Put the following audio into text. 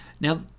Now